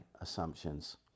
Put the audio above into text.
assumptions